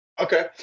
Okay